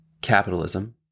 Capitalism